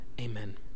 Amen